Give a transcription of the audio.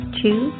two